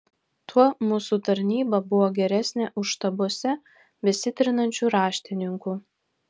tuo mūsų tarnyba buvo geresnė už štabuose besitrinančių raštininkų